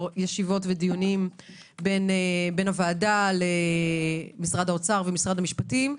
ישיבות ודיונים בין הוועדה למשרדי האוצר והמשפטים.